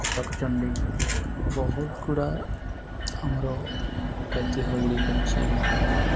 କଟକ ଚଣ୍ଡୀ ବହୁତ ଗୁଡ଼ା ଆମର ଐତିହ୍ୟ ଗୁଡ଼ିକ ଅଛି ଯେଉଁଟାକି